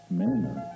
manner